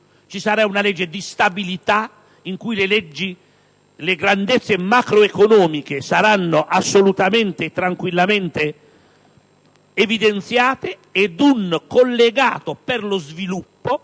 ci sarà una legge di stabilità, in cui le grandezze macroeconomiche saranno assolutamente e tranquillamente evidenziate, ed un collegato per lo sviluppo